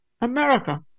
America